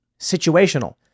situational